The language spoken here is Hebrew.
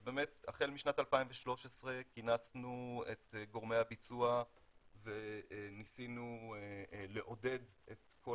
אז באמת החל מ-2013 כינסנו את גורמי הביצוע וניסינו לעודד את כל